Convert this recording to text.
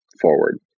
forward